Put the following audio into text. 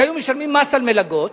שהיו משלמים מס על מלגות.